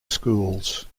schools